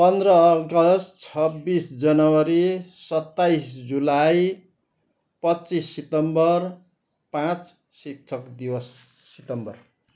पन्ध्र अगस्ट छब्बिस जनवरी सत्ताइस जुलाई पच्चिस सितम्बर पाँच शिक्षक दिवस सितम्बर